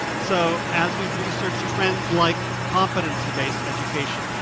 so as we've researched trance like competency-based education,